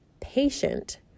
patient